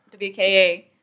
WKA